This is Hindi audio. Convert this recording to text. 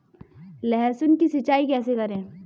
लहसुन की सिंचाई कैसे करें?